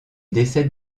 décède